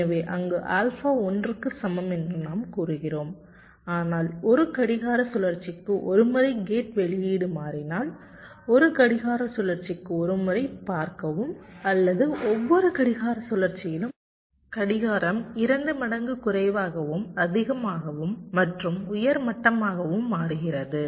எனவே அங்கு ஆல்பா 1 க்கு சமம் என்று நாம் கூறுகிறோம் ஆனால் ஒரு கடிகார சுழற்சிக்கு ஒரு முறை கேட் வெளியீடு மாறினால் ஒரு கடிகார சுழற்சிக்கு ஒரு முறை பார்க்கவும் அல்லது ஒவ்வொரு கடிகார சுழற்சியிலும் கடிகாரம் இரண்டு மடங்கு குறைவாகவும் அதிகமாகவும் மற்றும் உயர் மட்டமாகவும் மாறுகிறது